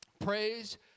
Praise